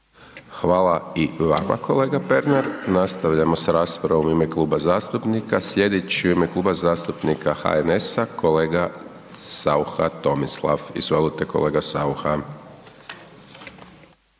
Hvala i vama kolega Pernar. Nastavljamo s raspravom u ime kluba zastupnika, slijedeći je u ime Kluba zastupnika HNS-a kolega Saucha Tomislav, izvolite kolega Saucha.